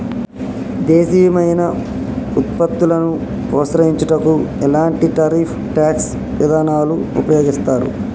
దేశీయమైన వృత్పత్తులను ప్రోత్సహించుటకు ఎలాంటి టారిఫ్ ట్యాక్స్ ఇదానాలు ఉపయోగిత్తారు